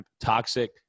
toxic